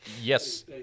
Yes